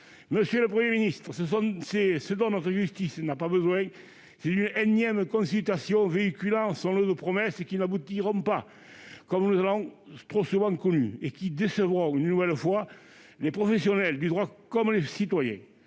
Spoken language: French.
Monsieur le Premier ministre, ce dont notre justice n'a pas besoin, c'est d'une énième consultation véhiculant son lot de promesses qui n'aboutiront pas, comme nous en avons trop connu, et qui décevront une nouvelle fois les professionnels du droit comme les citoyens.